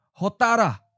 Hotara